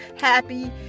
happy